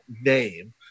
name